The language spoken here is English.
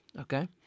Okay